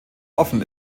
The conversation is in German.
offen